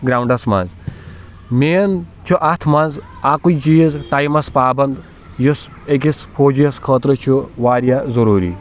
grounds منٛز مین چھُ اَتھ منٛز اَکُے چیٖز ٹایمَس پابَنٛد یُس أکِس فوجِیَس خٲطرٕ چھُ واریاہ ضروٗری